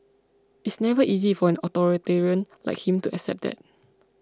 it's never easy for an authoritarian like him to accept that